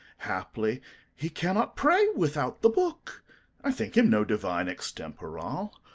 happily he cannot pray without the book i think him no divine extemporall,